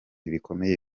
bikomeye